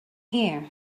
here